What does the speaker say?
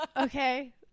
okay